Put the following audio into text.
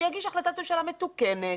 שיגיש החלטת ממשלה מתוקנת,